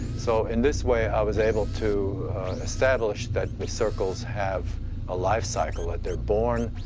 so, in this way, i was able to establish that the circles have a life cycle, that they're born,